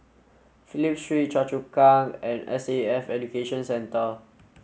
Phillip Street Choa Chu Kang and S A F Education Centre